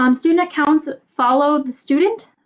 um student accounts follow the student.